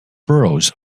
burrows